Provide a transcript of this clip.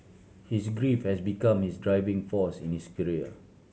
his grief has become his driving force in his career